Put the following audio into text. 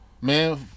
man